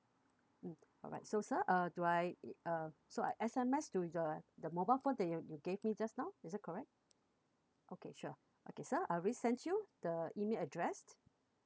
mm alright so sir uh do I uh so I S_M_S to the the mobile phone that you you gave me just now is it correct okay sure okay sir I already sent you the email address